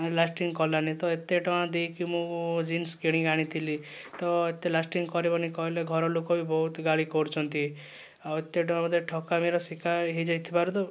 lasting କଲାନି ତ ଏତେ ଟଙ୍କା ଦେଇକି ମୁଁ ଜିନ୍ସ କିଣିକି ଆଣିଥିଲି ତ ଏତେ ଲାଷ୍ଟିଙ୍ଗ୍ କରିବନି କହିଲେ ଘରଲୋକ ବି ବହୁତ ଗାଳି କରୁଛନ୍ତି ଆଉ ଏତେ ଟଙ୍କା ଗୋଟିଏ ଠକାମିର ଶିକାର ହୋଇଯାଇଥିବାରୁ